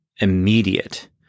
immediate